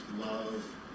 love